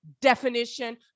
definition